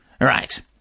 Right